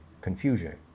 confusion